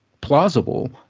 plausible